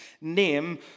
name